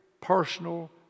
personal